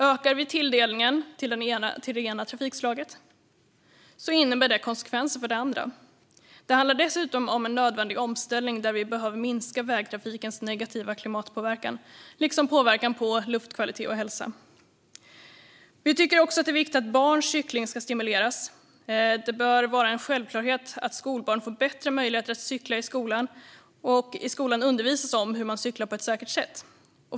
Ökar vi tilldelningen till det ena trafikslaget innebär det konsekvenser för det andra. Det handlar dessutom om en nödvändig omställning där vi behöver minska vägtrafikens negativa klimatpåverkan liksom påverkan på luftkvalitet och hälsa. Vi tycker också att det är viktigt att barns cykling ska stimuleras. Det bör vara en självklarhet att skolbarn får bättre möjligheter att cykla till skolan och i skolan undervisas om hur man cyklar på ett säkert sätt.